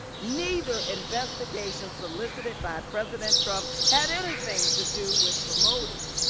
neither investigations solicited by president trump had anything to do with promoting